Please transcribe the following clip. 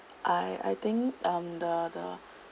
I I think um the the